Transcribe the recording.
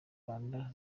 rwanda